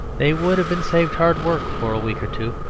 they would have been saved hard work for a week or two.